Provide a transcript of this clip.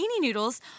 noodles